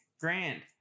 grand